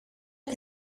que